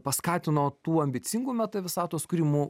paskatino tų ambicingų meta visatos kūrimų